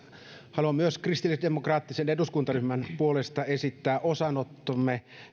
haluan myös kristillisdemokraattisen eduskuntaryhmän puolesta esittää osanottomme